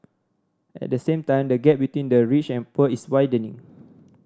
at the same time the gap between the rich and poor is widening